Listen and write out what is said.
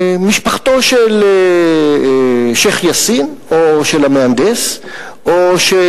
שמשפחתו של שיח' יאסין או של "המהנדס" או של